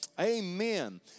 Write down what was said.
Amen